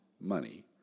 money